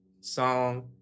Song